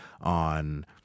on